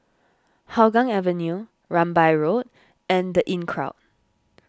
Hougang Avenue Rambai Road and the Inncrowd